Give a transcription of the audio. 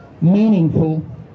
Meaningful